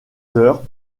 heures